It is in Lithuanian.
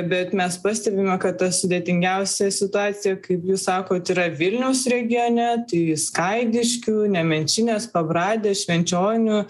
bet mes pastebime kad ta sudėtingiausia situacija kaip jūs sakot yra vilniaus regione tai skaidiškių nemenčinės pabradės švenčionių